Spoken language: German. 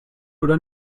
oder